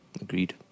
Agreed